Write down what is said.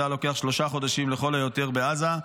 זה היה לוקח שלושה חודשים לכל היותר בעזה.